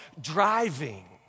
Driving